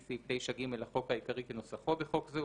סעיף 9(ג) לחוק העיקרי כנוסחו בחוק זה,